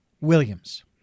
Williams